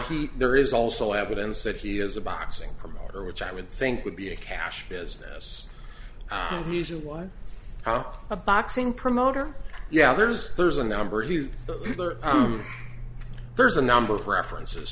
now there is also evidence that he is a boxing promoter which i would think would be a cash business unusual why a boxing promoter yeah there's there's a number of these there's a number of references